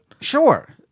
Sure